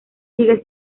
sigue